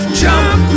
jump